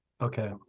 Okay